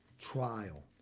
trial